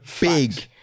big